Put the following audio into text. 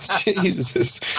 Jesus